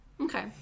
Okay